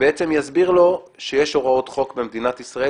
שיסביר לו שיש הוראות חוק במדינת ישראל